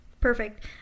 Perfect